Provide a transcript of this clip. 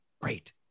great